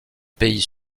pays